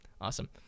Awesome